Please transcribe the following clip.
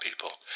people